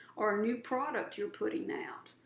or a new product you're putting out,